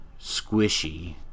squishy